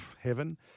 heaven